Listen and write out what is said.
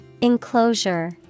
Enclosure